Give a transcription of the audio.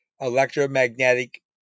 electromagnetic